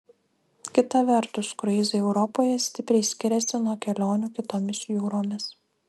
kita vertus kruizai europoje stipriai skiriasi nuo kelionių kitomis jūromis